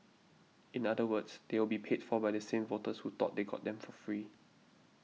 in other words they will be paid for by the same voters who thought they got them for free